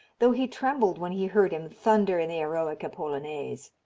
though he trembled when he heard him thunder in the eroica polonaise.